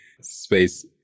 space